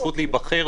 הזכות להיבחר,